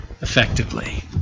effectively